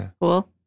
cool